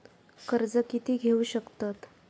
कर्ज कीती घेऊ शकतत?